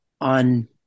on